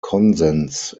konsens